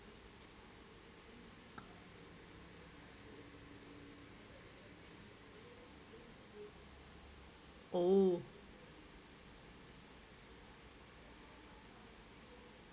oh